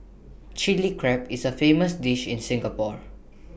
Chilli Crab is A famous dish in Singapore